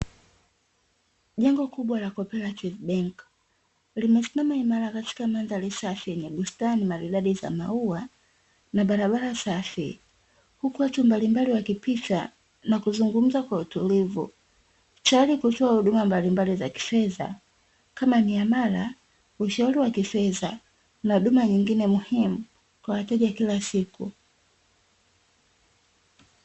Jengo kubwa la "CO-OPERATIVE BANK" limesimama imara katika mandhari safi yenye bustani maridadi za maua na barabara safi, huku watu mbalimbali wakipita na kuzungumza kwa utulivu, tayari kutoa huduma mbali mbali za kifedha kama: miamala, ushauri wa kifedha na huduma nyingine muhimu; kwa wateja wa kila siku.